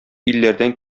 илләрдән